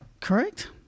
correct